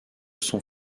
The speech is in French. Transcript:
sont